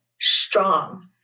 strong